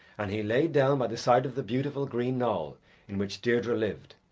and he laid down by the side of the beautiful green knoll in which deirdre lived,